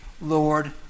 Lord